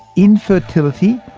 infertility,